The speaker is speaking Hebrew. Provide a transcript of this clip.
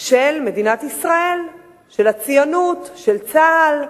של מדינת ישראל, של הציונות, של צה"ל,